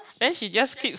then she just keeps